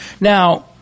Now